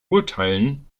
urteilen